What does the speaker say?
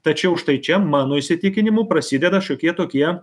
tačiau štai čia mano įsitikinimu prasideda šiokie tokie